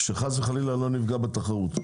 שחס וחלילה לא נפגע בתחרות.